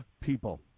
people